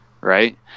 right